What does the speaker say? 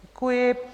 Děkuji.